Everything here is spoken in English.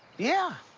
yeah.